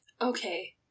okay